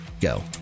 go